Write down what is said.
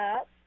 up